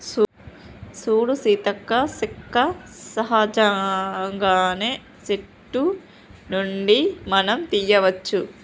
సూడు సీతక్క సెక్క సహజంగానే సెట్టు నుండి మనం తీయ్యవచ్చు